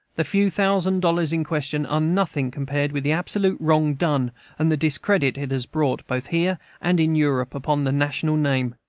the few thousand dollars in question are nothing compared with the absolute wrong done and the discredit it has brought, both here and in europe, upon the national name.